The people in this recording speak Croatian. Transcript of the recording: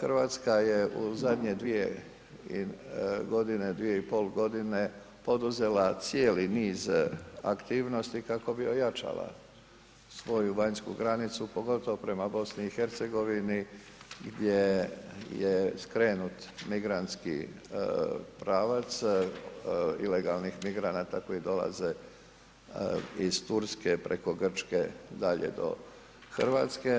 Hrvatska je u zadnje dvije i pol godine poduzela cijeli niz aktivnosti kako bi ojačala svoju vanjsku granicu, pogotovo prema BiH gdje je skrenut migrantski pravac ilegalnih migranata koji dolaze iz Turske preko Grčke dalje do Hrvatske.